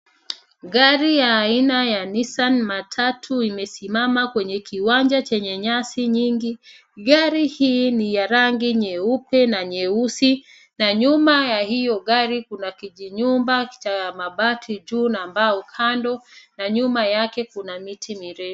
Gari ya aina ya Nissan matatu imesimama kwenye kiwanja chenye nyasi nyingi. Gari hii ni ya rangi nyeupe na nyeusi na nyuma ya hio gari kuna kijinyumba cha mabati juu na mbao kando na nyuma yake kuna miti mirefu.